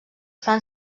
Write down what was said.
fan